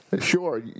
Sure